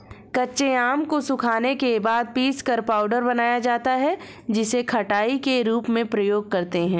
कच्चे आम को सुखाने के बाद पीसकर पाउडर बनाया जाता है जिसे खटाई के रूप में प्रयोग करते है